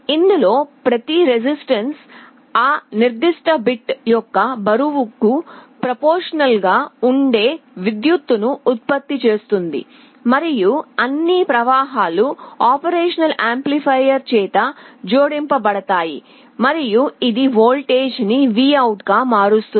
ఇందులో ప్రతి రెసిస్టెన్సు ఆ నిర్దిష్ట బిట్ యొక్క బరువుకు ప్రొఫార్మాషనల్ గా ఉండే విద్యుత్తును ఉత్పత్తి చేస్తుంది మరియు అన్ని ప్రవాహాలు ఆపరేషన్ యాంప్లిఫైయర్ చేత జోడించబడతాయి మరియు ఇది వోల్టేజ్ ని V OUT గా మారుస్తుంది